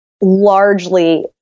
largely